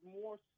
more –